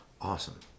Awesome